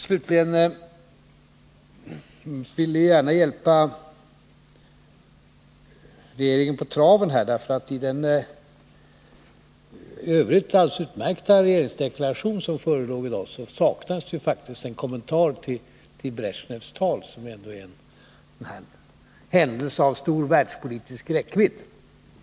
Slutligen vill jag gärna hjälpa regeringen på traven, därför att i den i övrigt alldeles utmärkta regeringsdeklaration som förelåg i dag saknades faktiskt en kommentar till Bresjnevs tal, som ändå är en händelse av stor världspolitisk räckvidd.